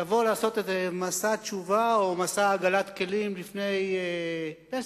לבוא ולעשות מסע תשובה או מסע הגעלת כלים לפני פסח.